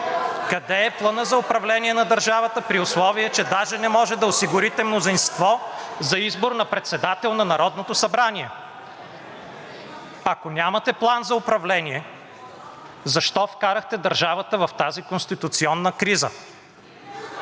Къде е планът за управление на държавата, при условие че даже не може да осигурите мнозинство за избор на председател на Народното събрание? Ако нямате план за управление, защо вкарахте държавата в тази конституционна криза